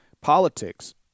politics